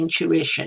intuition